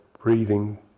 breathing